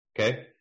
Okay